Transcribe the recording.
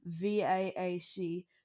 VAAC